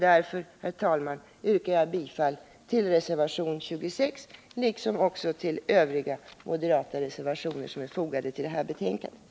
Därför, herr talman, yrkar jag bifall till reservation 26, liksom till övriga moderata reservationer som är fogade till betänkandet.